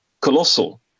colossal